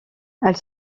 elle